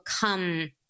become